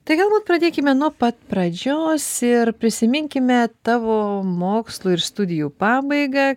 tai galbūt pradėkime nuo pat pradžios ir prisiminkime tavo mokslo ir studijų pabaigą